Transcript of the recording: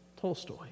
Tolstoy